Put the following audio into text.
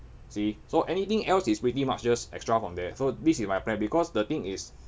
see so anything else is pretty much just extra from there so this is my plan because the thing is